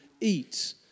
eat